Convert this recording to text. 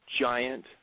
giant